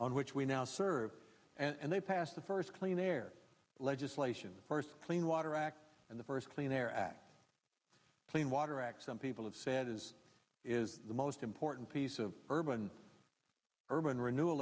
on which we now serve and they passed the first clean air legislation first clean water act and the first clean air act clean water act some people have said is is the most important piece of urban urban renewal